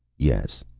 yes,